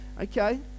okay